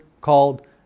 called